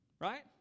Right